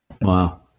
Wow